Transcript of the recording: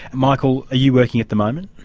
michael, are you working at the moment?